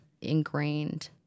ingrained